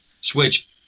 Switch